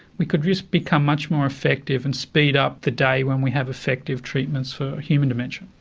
we could just become much more effective and speed up the day when we have effective treatments for human dementia.